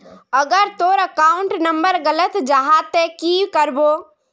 अगर तोर account number गलत जाहा ते की करबो?